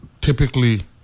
typically